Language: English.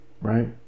Right